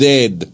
Dead